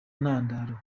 ntandaro